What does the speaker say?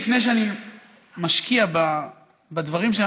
לפני שאני משקיע בדברים שלי,